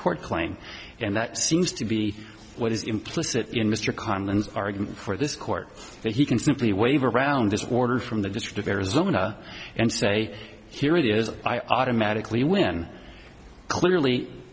tort claim and that seems to be what is implicit in mr khan and argument for this court that he can simply wave around this order from the district of arizona and say here it is i automatically when clearly